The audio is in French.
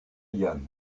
yann